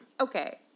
okay